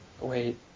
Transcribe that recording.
Wait